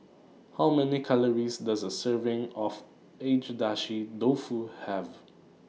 How Many Calories Does A Serving of Agedashi Dofu Have